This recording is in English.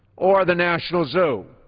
or the national zoo.